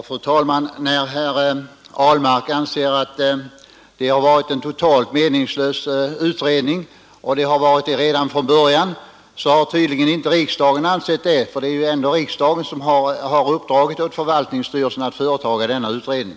Fru talman! Herr Ahlmark anser att det har varit en totalt meningslös utredning redan från början. Det har tydligen inte riksdagen ansett, för det är ändå riksdagen som uppdragit åt förvaltningsstyrelsen att företaga denna utredning.